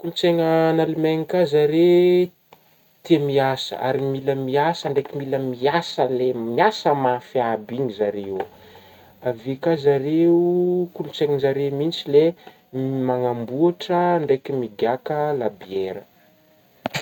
kolontsaigna any Alemagna ka zare tia miasa ary mila miasa ndraiky mila miasa le miasa mafy aby igny zare ô, avy eo ka zare kolontsaigna ny zare mintsy le manamboatra ndraiky migaka labiera